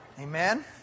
Amen